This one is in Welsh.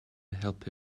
helpu